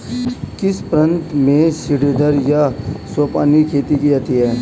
किस प्रांत में सीढ़ीदार या सोपानी खेती की जाती है?